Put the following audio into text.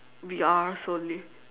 V_R solely